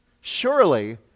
Surely